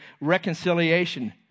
reconciliation